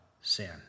sin